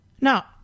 Now